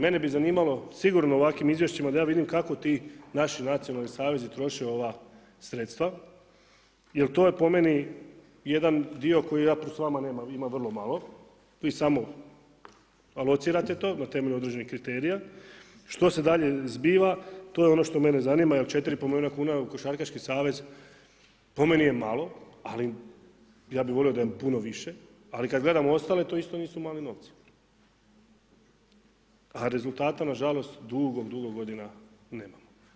Mene bi zanimalo sigurno u ovakvim izvješćima da ja vidim kako ti naši nacionalni savezi troše ova sredstva jel to je po meni jedan dio koji … ima vrlo malo, vi samo alocirate to na temelju određenih kriterija, što se dalje zbiva to je ono što mene zanima jel 4,5 milijuna kuna u Košarki savez po meni je malo, ali ja bi volio da je puno više, ali kada gledamo ostale to isto nisu mali novci, a rezultata nažalost dugo, dugo godina nema.